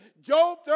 Job